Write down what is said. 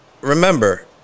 remember